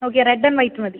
okay red and white മതി